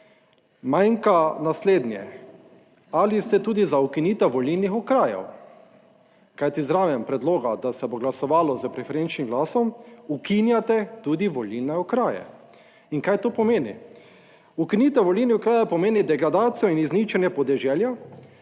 manjka naslednje: ali ste tudi za ukinitev volilnih okrajev. Kajti zraven predloga, da se bo glasovalo s preferenčnim glasom, ukinjate tudi volilne okraje. In kaj to pomeni? Ukinitev volilnih okrajev pomeni degradacijo in izničenje podeželja